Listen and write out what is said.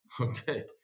Okay